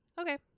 Okay